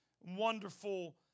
wonderful